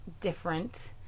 different